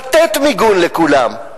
לתת מיגון לכולם.